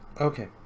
Okay